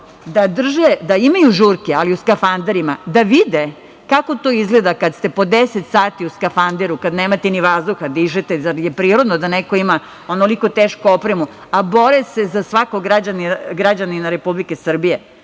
Da imaju žurke, ali u skafanderima, da vide kako to izgleda kada ste pod 10 sati u skafanderu, kad nemate vazduha da dišete, zar je prirodno da neko ima onoliko tešku opremu, a bore se za svakog građanina Republike Srbije.